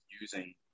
using